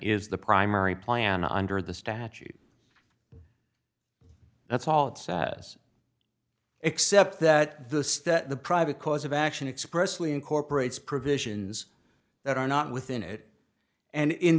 is the primary plan under the statute that's all it says except that the the private cause of action expressly incorporates provisions that are not within it and in